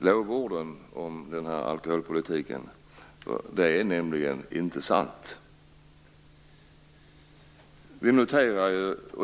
hör lovorden om denna alkoholpolitik. Det är nämligen inte sant.